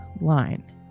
line